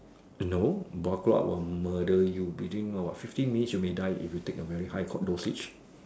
you know bottle up will murder you between what what fifteen minutes you may die if you take a very high con~ dosage